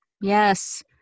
Yes